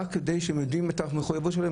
רק כי הם יודעים את המחויבות שלהם,